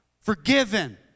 Forgiven